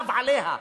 חשב עליה,